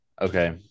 okay